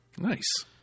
Nice